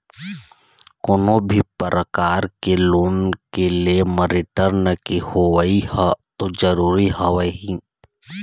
कोनो भी परकार के लोन के ले म रिर्टन के होवई ह तो जरुरी हवय ही